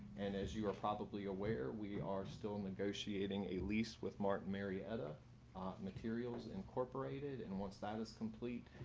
and as you are probably aware, we are still negotiating a lease with martin marietta ah materials incorporated and once that is complete,